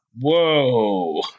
whoa